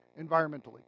environmentally